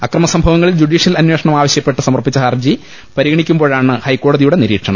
അക്രമസംഭവങ്ങളിൽ judicial അന്വേഷണം ആവശ്യപ്പെട്ട് സമർപ്പിച്ച ഹർജി പരിഗണിക്കുമ്പോ ഴാണ് ഹൈക്കോടതിയുടെ നിരീക്ഷണം